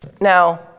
Now